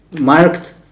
marked